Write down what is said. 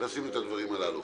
לשים את הדברים הללו.